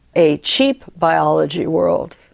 a cheap biology world,